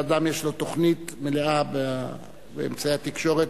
אדם יש לו תוכנית מלאה באמצעי התקשורת,